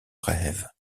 rêve